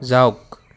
যাওক